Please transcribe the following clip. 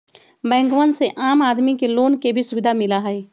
बैंकवन से आम आदमी के लोन के भी सुविधा मिला हई